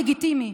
הוא לגיטימי?